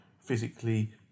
physically